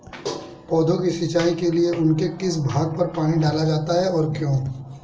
पौधों की सिंचाई के लिए उनके किस भाग पर पानी डाला जाता है और क्यों?